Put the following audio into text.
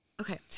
Okay